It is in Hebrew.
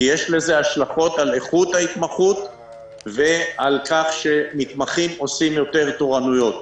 כי יש לזה השלכות על איכות ההתמחות ועל כך שמתמחים עושים יותר תורנויות.